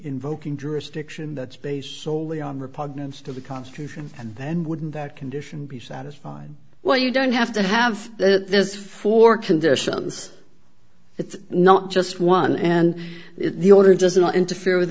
invoking jurisdiction that's based solely on repugnance to the constitution and then wouldn't that condition be satisfied well you don't have to have there's four conditions it's not just one and the order does not interfere with